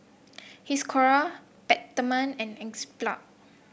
Hiruscar Peptamen and